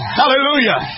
hallelujah